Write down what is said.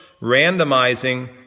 randomizing